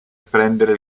prendere